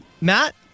Matt